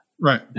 Right